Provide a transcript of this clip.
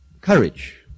courage